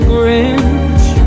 Grinch